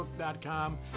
facebook.com